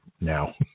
now